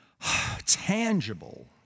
tangible